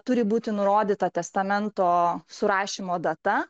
turi būti nurodyta testamento surašymo data